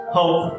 hope